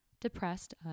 depressed